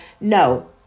no